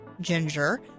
Ginger